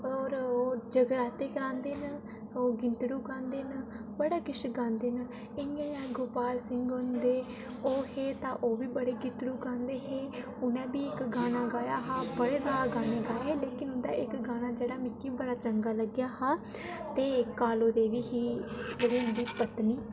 ते होर ओह् जगराते करांदे न ओह् गीतड़ू गांदे न बड़ा किश गांदे न इं'या गै गोपाल सिंह हुंदे ओह् हे तां ओह्बी बड़े गीतड़ू गांदे हे उ'नें बी इक्क गाना गाया हा बड़े साल गाने गाये हे लेकिन उं'दा इक्क गाना जेह्का मिगी बड़ा चंगा लग्गेआ हा ते कालो देवी ही जेह्ड़ी उं'दी पत्नी